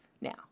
Now